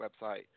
website